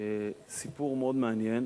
סיפור מאוד מעניין